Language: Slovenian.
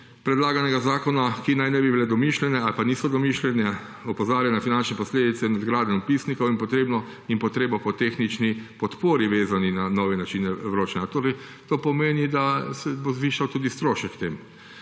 predlaganega zakona, ki naj ne bi bile domišljene ali pa niso domišljene. Opozarja na finančne posledice nadgradnje vpisnikov in potrebo po tehnični podpori, vezani na novi način vročanja. Torej to pomeni, da se bo zvišal tudi strošek.